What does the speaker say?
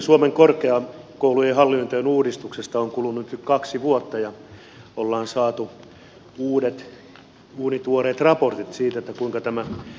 suomen korkeakoulujen hallinnonuudistuksesta on kulunut jo kaksi vuotta ja on saatu uudet uunituoreet raportit siitä kuinka tämä uudistaminen on onnistunut